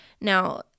Now